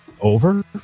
over